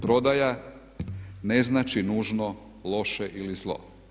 Prodaja ne znači nužno loše ili zlo.